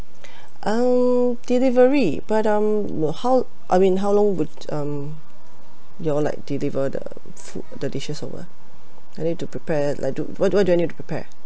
um delivery but um how I mean how long would um you all like deliver the food the dishes over I need to prepare like do what~ what do I need to prepare